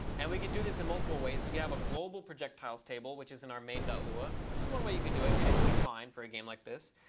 and we could do this in multiple ways. we could have a global projectiles table which is in our main lua, which is one way you could do it and it would be fine for a game like this.